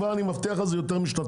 אני מבטיח לך שזה יותר משנתיים.